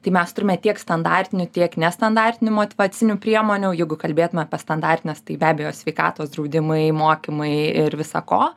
tai mes turime tiek standartinių tiek nestandartinių motyvacinių priemonių jeigu kalbėtume apie standartines tai be abejo sveikatos draudimai mokymai ir visa ko